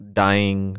dying